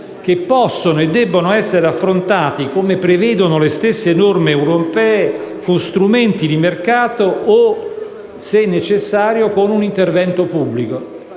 che possono e debbono essere affrontati, come prevedono le stesse norme europee, con strumenti di mercato o, se necessario, con un intervento pubblico.